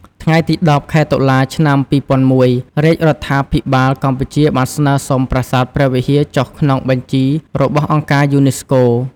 ថ្ងៃទី១០ ខែតុលា ឆ្នាំ២០០១ រាជរដ្ឋាភិបាលកម្ពុជាបានស្នើសុំប្រាសាទព្រះវិហារចុះក្នុងបញ្ជីរបស់អង្គការយូនីស្កូ។